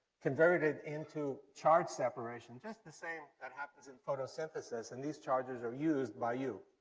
converted into charge separation, just the same that happens in photosynthesis, and these charges are used by you.